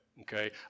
okay